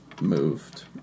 moved